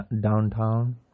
Downtown